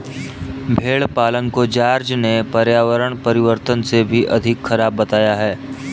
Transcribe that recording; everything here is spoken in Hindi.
भेड़ पालन को जॉर्ज ने पर्यावरण परिवर्तन से भी अधिक खराब बताया है